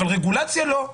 אבל רגולציה לא.